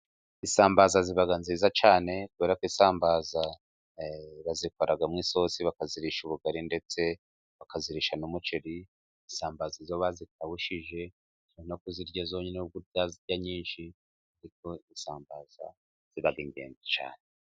Isambaza ziba nziza cyane kubera ko isambaza bazikoramo isosi bakazirisha ubugari ndetse bakazirisha n'umuceri, isambaza nk'iyo bazikawushije ushobora no kuzirya zonyine ariko nturye nyinshi, ariko isambaza ziba ingenzi cyane.